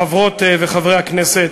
תודה, חברות וחברי הכנסת,